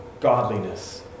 Godliness